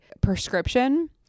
prescription